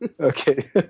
okay